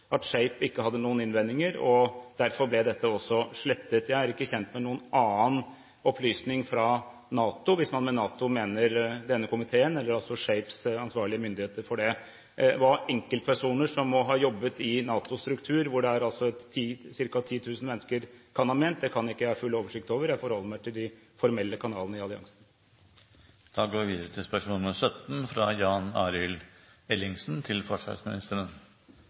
at SHAPE ikke hadde noen innvendinger, og derfor ble dette også slettet. Jeg er ikke kjent med noen annen opplysning fra NATO, hvis man med NATO mener denne komiteen eller SHAPEs ansvarlige myndigheter for dette. Hva enkeltpersoner som har jobbet i NATOs struktur – hvor det er cirka 10 000 mennesker – kan ha ment, kan ikke jeg ha full oversikt over. Jeg forholder meg til de formelle kanalene i alliansen. Jeg har følgende spørsmål til